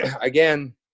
Again